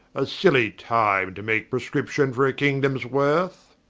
a silly time to make prescription for a kingdomes worth